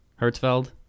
Hertzfeld